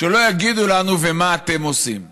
שלא יגידו לנו: ומה אתם עושים?